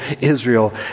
Israel